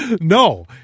No